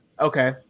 Okay